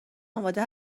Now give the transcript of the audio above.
آماده